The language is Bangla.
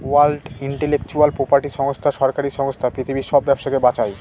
ওয়ার্ল্ড ইন্টেলেকচুয়াল প্রপার্টি সংস্থা সরকারি সংস্থা পৃথিবীর সব ব্যবসাকে বাঁচায়